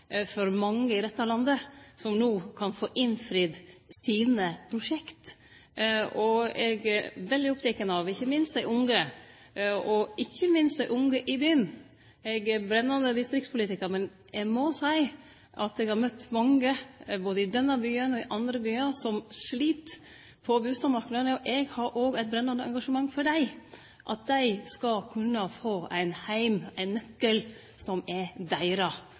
for mange i dette landet, som no kan få innfridd sine prosjekt. Eg er veldig oppteken av dei unge – ikkje minst dei unge i byen. Eg er brennande distriktspolitikar, men eg må seie at eg har møtt mange, både i denne byen og i andre byar, som slit på bustadmarknaden. Eg har òg eit brennande engasjement for dei, og at dei skal kunne få ein heim – ein nøkkel som er deira.